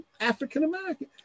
African-American